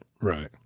Right